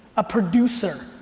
a producer,